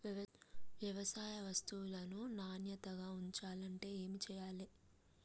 వ్యవసాయ వస్తువులను నాణ్యతగా ఉంచాలంటే ఏమి చెయ్యాలే?